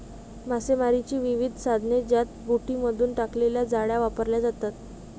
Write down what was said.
मासेमारीची विविध साधने ज्यात बोटींमधून टाकलेल्या जाळ्या वापरल्या जातात